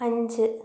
അഞ്ച്